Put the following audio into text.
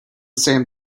same